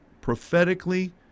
prophetically